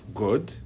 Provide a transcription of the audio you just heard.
good